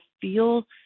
feel